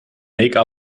make